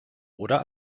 oder